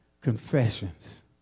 Confessions